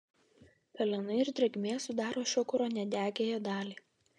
pelenai ir drėgmė sudaro šio kuro nedegiąją dalį